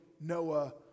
Noah